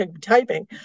typing